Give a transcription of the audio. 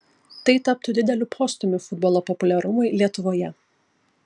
tai taptų dideliu postūmiu futbolo populiarumui lietuvoje